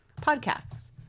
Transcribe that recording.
podcasts